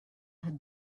had